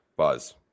Buzz